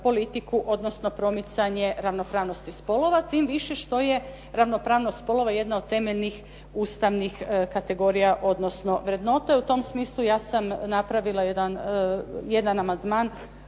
politiku odnosno promicanje ravnopravnosti spolova, tim više što je ravnopravnost spolova jedna od temeljnih ustavnih kategorija odnosno vrednota. I u tom smislu ja sam napravila jedan amandman